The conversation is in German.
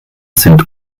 sind